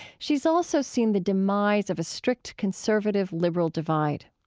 she's also seen the demise of a strict conservative liberal divide.